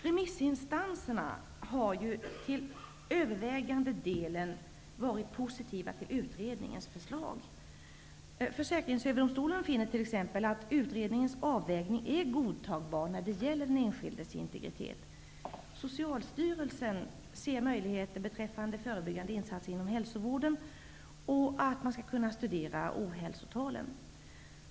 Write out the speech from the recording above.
Remissinstanserna har till övervägande delen varit positiva till utredningens förslag. Försäkringsöverdomstolen finner t.ex. att utredningens avvägning är godtagbar när det gäller den enskildes integritet. Socialstyrelsen ser möjligheter beräffande förebyggande insatser inom hälsovården och att man skall kunna studera ohälsotalen.